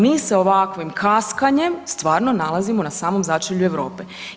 Mi se ovakvim kaskanjem stvarno nalazimo na samom začelju Europe.